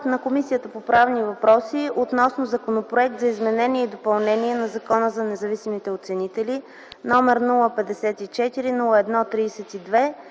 г., Комисията по правни въпроси обсъди Законопроект за изменение и допълнение на Закона за независимите оценители, № 054-01-32,